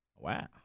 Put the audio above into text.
Wow